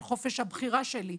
על חופש הבחירה שלי,